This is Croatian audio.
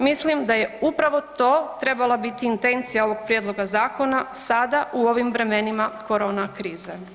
Mislim da je upravo to trebala biti intencija ovog prijedloga zakona sada u ovim vremenima korona krize.